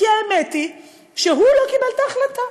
כי האמת היא שהוא לא קיבל את ההחלטה.